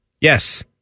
Yes